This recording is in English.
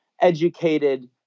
educated